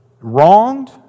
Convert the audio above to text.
wronged